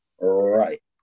Right